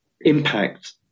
impact